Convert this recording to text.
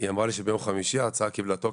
היא אמרה לי שביום חמישי ההצעה קיבלה תוקף,